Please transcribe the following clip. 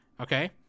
okay